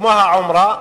כמו העומרה,